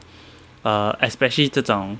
err especially 这种